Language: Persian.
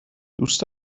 دوست